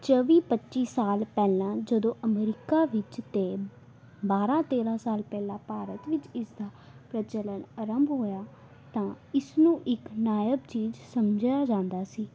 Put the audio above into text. ਚੌਵੀ ਪੱਚੀ ਸਾਲ ਪਹਿਲਾਂ ਜਦੋਂ ਅਮਰੀਕਾ ਵਿੱਚ ਅਤੇ ਬਾਰਾਂ ਤੇਰਾਂ ਸਾਲ ਪਹਿਲਾਂ ਭਾਰਤ ਵਿੱਚ ਇਸਦਾ ਪ੍ਰਚਲਣ ਆਰੰਭ ਹੋਇਆ ਤਾਂ ਇਸ ਨੂੰ ਇੱਕ ਨਾਇਬ ਚੀਜ਼ ਸਮਝਿਆ ਜਾਂਦਾ ਸੀ